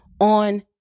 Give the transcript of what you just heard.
on